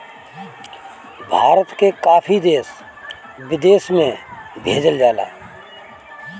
भारत के काफी देश विदेश में भेजल जाला